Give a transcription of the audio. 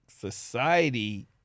society